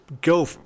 go